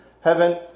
heaven